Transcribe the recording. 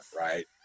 right